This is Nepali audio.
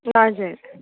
हजुर